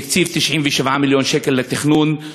שהקציב 97 מיליון שקל לתכנון.